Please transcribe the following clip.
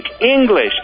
English